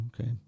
okay